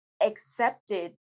accepted